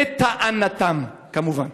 לטענתם, כמובן.